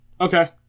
Okay